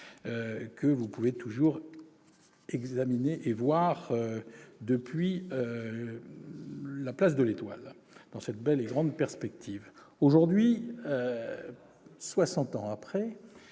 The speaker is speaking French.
que vous pouvez toujours voir depuis la place de l'Étoile, dans cette belle et grande perspective. Aujourd'hui, soixante ans après,